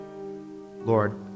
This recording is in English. Lord